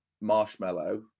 marshmallow